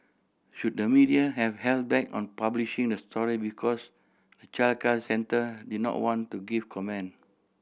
should the media have held back on publishing the story because the childcare centre did not want to give comment